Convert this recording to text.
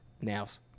Nails